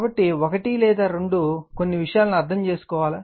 కాబట్టి ఒకటి లేదా రెండు కొన్ని విషయాలను అర్థం చేసుకోవాలి